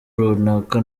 runaka